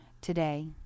Today